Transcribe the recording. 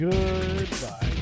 Goodbye